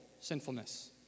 sinfulness